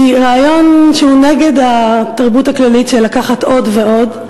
היא רעיון שהוא מנוגד לתרבות הכללית של לקחת עוד ועוד.